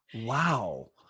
Wow